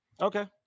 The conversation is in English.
Okay